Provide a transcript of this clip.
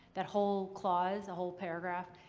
that whole clause, the whole paragraph,